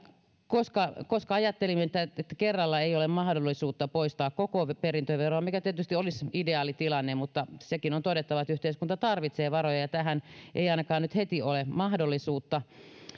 koska koska ajattelimme että kerralla ei ole mahdollisuutta poistaa koko perintöveroa mikä tietysti olisi ideaalitilanne mutta sekin on todettava että yhteiskunta tarvitsee varoja ja tähän ei ainakaan nyt heti ole mahdollisuutta